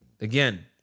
again